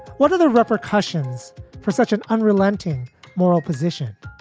what are the repercussions for such an unrelenting moral position?